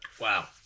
Wow